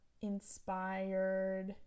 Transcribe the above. inspired